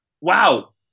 wow